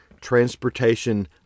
transportation